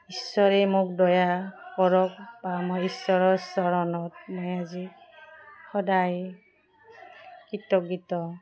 ঈশ্বৰেই মোক দয়া কৰক বা মই ঈশ্বৰৰ চৰণত মই আজি সদায় কৃতজ্ঞত